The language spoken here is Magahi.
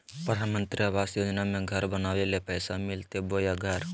प्रधानमंत्री आवास योजना में घर बनावे ले पैसा मिलते बोया घर?